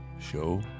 show